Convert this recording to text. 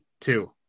two